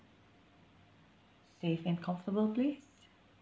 safe and comfortable place